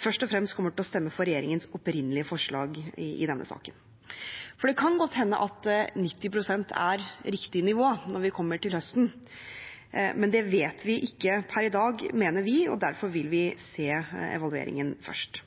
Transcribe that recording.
først og fremst kommer til å stemme for regjeringens opprinnelige forslag i denne saken. Det kan godt hende at 90 pst. er riktig nivå når vi kommer til høsten, men det vet vi ikke per i dag, mener vi. Derfor vil vi se evalueringen først.